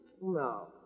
No